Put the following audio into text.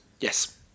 Yes